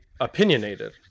opinionated